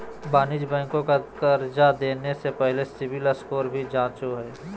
वाणिज्यिक बैंक कर्जा देने से पहले सिविल स्कोर भी जांचो हइ